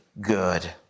good